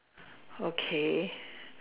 okay